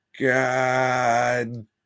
God